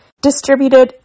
distributed